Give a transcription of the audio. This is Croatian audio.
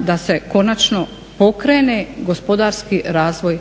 da se konačno pokrene gospodarski razvoj